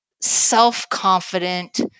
self-confident